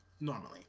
normally